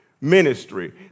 ministry